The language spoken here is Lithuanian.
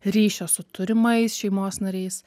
ryšio su turimais šeimos nariais